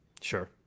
Sure